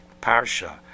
Parsha